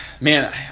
Man